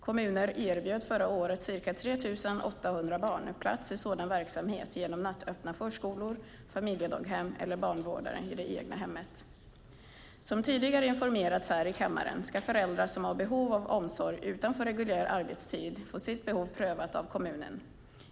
Kommuner erbjöd förra året ca 3 800 barn plats i sådan verksamhet genom nattöppna förskolor, familjedaghem eller barnvårdare i det egna hemmet. Som tidigare informerats här i kammaren ska föräldrar som har behov av omsorg utanför reguljär arbetstid få sitt behov prövat av kommunen.